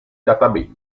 database